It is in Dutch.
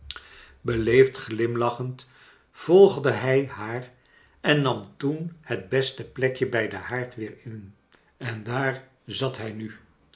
beleefd glimlachend vagde hij haar en nam toen het beste plekje bij den haard weer in en daar zat hij nu